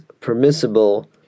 permissible